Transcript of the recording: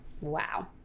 Wow